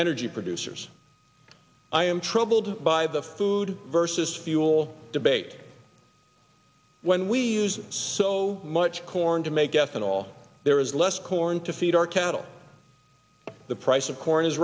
energy producers i am troubled by the food vs fuel debate when we use so much corn to make ethanol there is less corn to feed our cattle the price of corn is